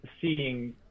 seeing